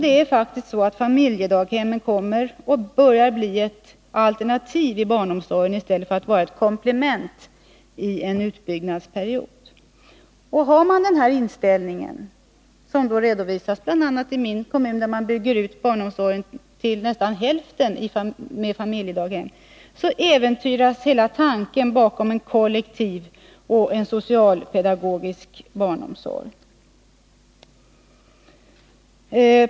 Det är faktiskt så att familjedaghemmen börjar bli ett alternativ i barnomsorgen i stället för att vara ett komplement under en utbyggnadsperiod. Har man denna inställning, som redovisas bl.a. i min kommun, där man bygger ut barnomsorgen till nästan hälften med familjedaghem, äventyras hela tanken bakom en kollektiv och socialpedagogisk barnomsorg.